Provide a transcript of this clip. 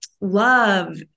love